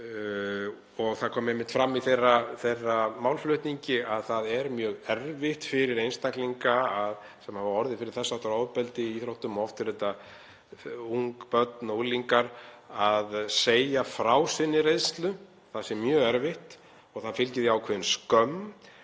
Það kom einmitt fram í málflutningi þeirra að það er mjög erfitt fyrir einstaklinga sem hafa orðið fyrir þess háttar ofbeldi í íþróttum, og oft eru þetta ung börn og unglingar, að segja frá sinni reynslu, það sé mjög erfitt og það fylgi því ákveðin skömm.